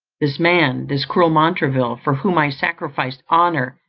this man, this cruel montraville, for whom i sacrificed honour,